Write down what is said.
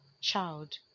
child